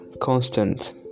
constant